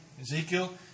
Ezekiel